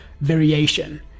variation